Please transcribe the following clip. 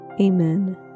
Amen